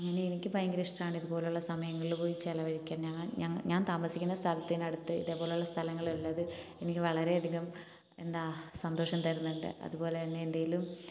അങ്ങനെ എനിക്ക് ഭയങ്കര ഇഷ്ടമാണ് ഇതുപോലുള്ള സമയങ്ങളിൽ പോയി ചിലവഴിക്കാൻ ഞാൻ ഞാൻ താമസിക്കുന്ന സ്ഥലത്തിനടുത്ത് ഇതേപോലുള്ള സ്ഥലങ്ങൾ ഇള്ളത് എനിക്ക് വളരെയധികം എന്താ സന്തോഷം തരുന്നുണ്ട് അതുപോലെതന്നെ ഏന്തെങ്കിലും